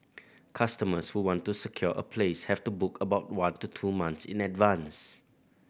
customers who want to secure a place have to book about one to two months in advance